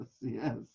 yes